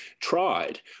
tried